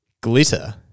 glitter